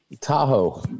Tahoe